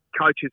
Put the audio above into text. coaches